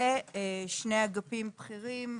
ושני אגפים בכירים,